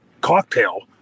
cocktail